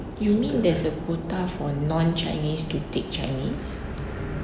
you mean there's a quota for non-chinese to take chinese